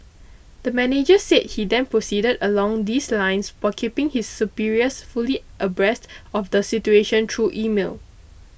the manager said he then proceeded along these lines while keeping his superiors fully abreast of the situation true email